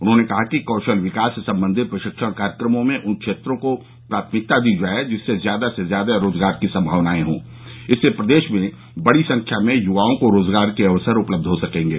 उन्होंने कहा कि कौशल विकास संबंधी प्रशिक्षण कार्यक्रमों में उन क्षेत्रों को प्राथमिकता दी जाये जिसमें ज्यादा से ज्यादा रोजगार की संभावनाएं हो इससे प्रदेश में बड़ी संख्या में युवाओं को रोजगार के अवसर उपलब्ध हो सकेंगे